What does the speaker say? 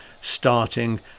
starting